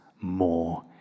more